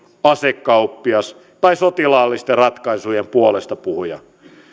asekauppias tai sotilaallisten ratkaisujen puolestapuhuja